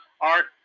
art